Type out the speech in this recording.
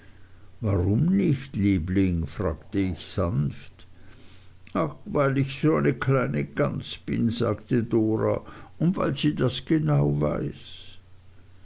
warum nicht liebling fragte ich sanft ach weil ich so eine kleine gans bin sagte dora und weil sie das genau weiß